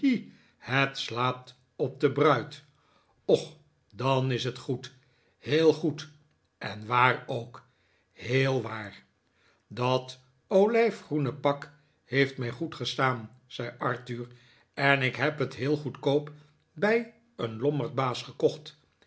het slaat op de bruid och dan is het goed heel goed en waar ook heel waar dat olijfgroene pak heeft mij goed gestaan zei arthur en ik heb het heel goedkoop bij een lommerdbaas gekocht